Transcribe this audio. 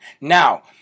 now